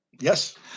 Yes